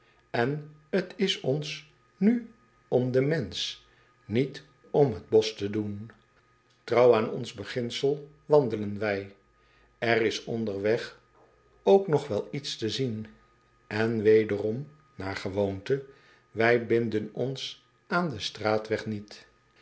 n t is ons nu om den m e n s c h niet om het bosch te doen rouw aan ons beginsel wandelen wij er is onderweg ook nog wel iets te zien en wederom naar gewoonte wij binden ons aan den straatweg niet